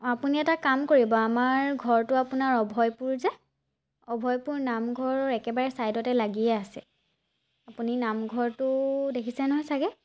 অঁ আপুনি এটা কাম কৰিব আমাৰ ঘৰটো আপোনাৰ অভয়পুৰ যে অভয়পুৰ নামঘৰৰ একেবাৰে ছাইডতে লাগিয়ে আছে আপুনি নামঘৰটো দেখিছে নহয় ছাগৈ